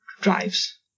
drives